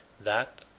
that,